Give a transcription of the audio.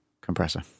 compressor